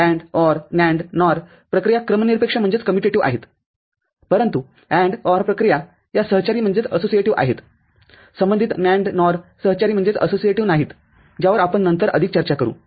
AND OR NAND NOR प्रक्रिया क्रमनिरपेक्षआहेतपरंतु AND OR प्रक्रिया या सहचारीआहेत संबंधित NAND NOR सहचारी नाहीत ज्यावर आपण नंतर अधिक चर्चा करू